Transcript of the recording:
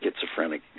schizophrenic